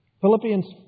Philippians